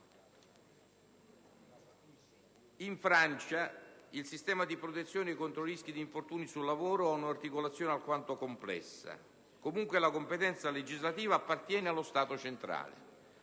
In Francia, il sistema di protezione contro il rischio di infortuni sul lavoro ha un'articolazione alquanto complessa e, comunque, la competenza legislativa appartiene allo Stato centrale;